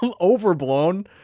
overblown